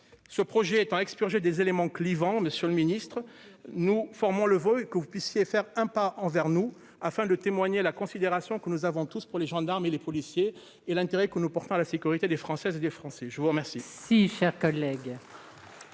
ce projet étant expurgé des éléments clivant, Monsieur le Ministre, nous formons le voeu et que vous puissiez faire un pas envers nous, afin de témoigner la considération que nous avons tous pour les gendarmes et les policiers et l'intérêt que nous portons à la sécurité des Françaises et des Français, je vous remercie.